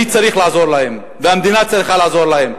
אני צריך לעזור להם והמדינה צריכה לעזור להם.